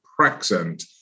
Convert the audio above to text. Praxent